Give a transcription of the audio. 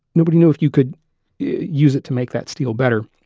nobody knew if you could use it to make that steel better.